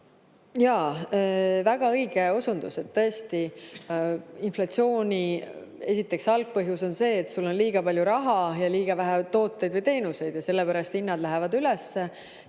Jaa, väga õige osundus. Tõesti, inflatsiooni algpõhjus on see, et sul on liiga palju raha ja liiga vähe tooteid või teenuseid ning sellepärast hinnad lähevad üles.